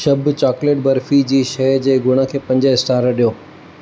शब chocolate barfi जी शइ जे गुण खे पंज स्टार ॾियो